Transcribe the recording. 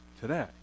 today